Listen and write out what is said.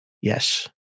Yes